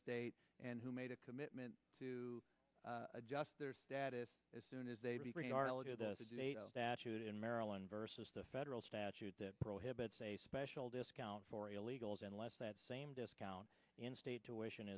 state and who made a commitment to adjust their status as soon as they that unit in maryland versus the federal statute that prohibits a special discount for illegals unless that same discount in state tuition